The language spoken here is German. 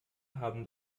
haben